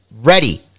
ready